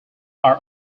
are